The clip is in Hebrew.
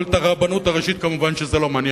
אבל את הרבנות הראשית כמובן זה לא מעניין,